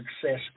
success